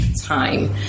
time